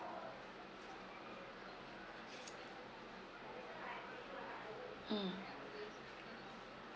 mm